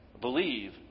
believe